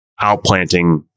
outplanting